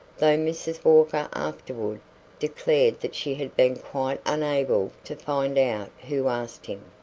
though mrs. walker afterward declared that she had been quite unable to find out who asked him.